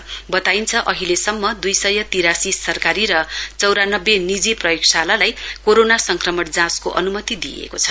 वताइन्छ अहिले सम्म दुई सय तिरासी सरकारी र चौरानब्बे निजी प्रयोगशालालाई कोरोना संक्रमण जाँचको अनुमति दिइएको छ